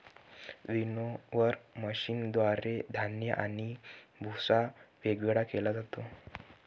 winnower मशीनद्वारे धान्य आणि भुस्सा वेगवेगळा केला जातो